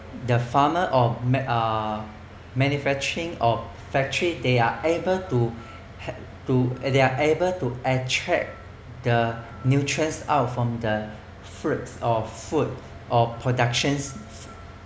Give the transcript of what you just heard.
the farmer or med~ uh manufacturing of factory they are able to to they are able to extract the nutrient's out from the fruits of food or production